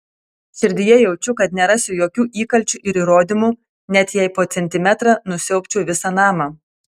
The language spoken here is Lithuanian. širdyje jaučiu kad nerasiu jokių įkalčių ir įrodymų net jei po centimetrą nusiaubčiau visą namą